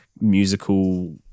musical